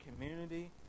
community